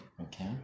okay